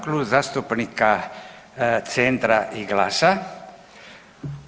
Klub zastupnika Centra i GLAS-a.